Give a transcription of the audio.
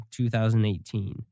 2018